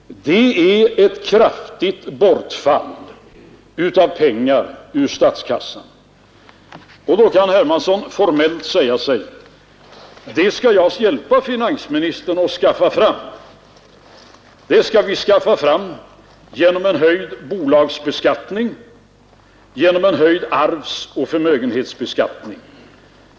Det innebär ett kraftigt bortfall av pengar ur statskassan. Då kan herr Hermansson formellt säga sig: De pengarna skall vi hjälpa finansministern att skaffa fram. Vi skall skaffa fram dem genom en höjd bolagsbeskattning, genom en höjd arvsoch förmögenhetsbeskattning.